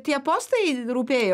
tie postai rūpėjo